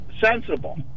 sensible